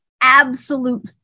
absolute